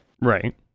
Right